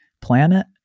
planet